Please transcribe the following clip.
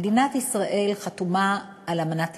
מדינת ישראל חתומה על אמנת איסטנבול.